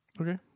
Okay